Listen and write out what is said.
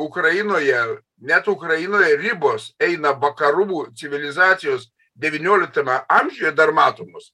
ukrainoje net ukrainoje ribos eina vakarų civilizacijos devynioliktame amžiuje dar matomos